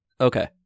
Okay